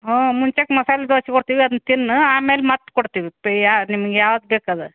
ಹ್ಞೂ ಮುಂಚೆಗ್ ಮಸಾಲೆ ದ್ವಾಸೆ ಕೊಡ್ತೀವಿ ಅದ್ನ ತಿನ್ನು ಆಮೇಲೆ ಮತ್ತೆ ಕೊಡ್ತೀವಿ ಪೇಯ ನಿಮ್ಗೆ ಯಾವ್ದು ಬೇಕು ಅದು